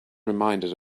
reminded